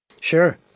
sure